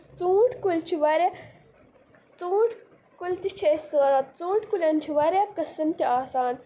ژوٗنٛٹھۍ کُلۍ چھِ واریاہ ژوٗنٛٹھۍ کُلۍ تہِ چھِ أسۍ سوزان ژوٗنٛٹھۍ کُلٮ۪ن چھِ واریاہ قٕسٕم تہِ آسان